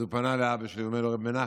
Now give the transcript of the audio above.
אז הוא פנה לאבא שלי ואמר: רב מנחם,